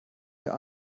der